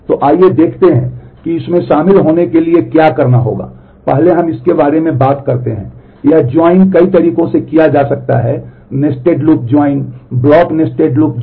तो आइए देखते हैं कि इसमें शामिल होने के लिए क्या होगा पहले हम इसके बारे में बात करते हैं यह जुड़ाव